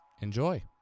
Enjoy